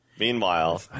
Meanwhile